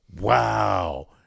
wow